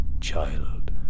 child